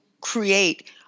create